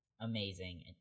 amazing